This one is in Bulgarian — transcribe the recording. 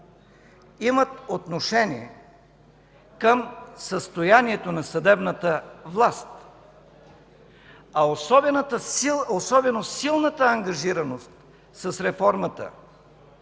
имат отношение към състоянието на съдебната власт, а особено силната ангажираност с реформата